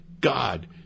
God